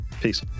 Peace